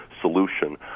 solution